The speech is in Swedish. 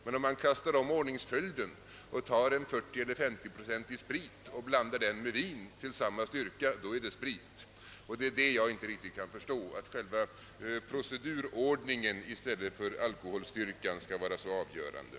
Men om man kastar om ordningsföljden och tar 40 eller 50-procentig sprit och blandar ut den med vin till samma styrka, så är det sprit. Det är det jag inte riktigt kan förstå, att själva procedurordningen i stället för alkobolstyrkan skall vara det avgörande.